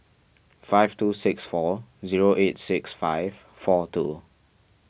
five two six four zero eight six five four two